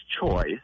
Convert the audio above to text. choice